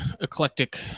eclectic